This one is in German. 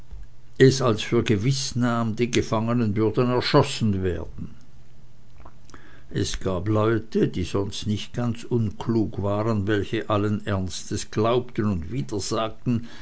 es als für gewiß annahm die gefangenen würden erschossen werden es gab leute die sonst nicht ganz unklug waren welche allen ernstes glaubten und